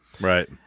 right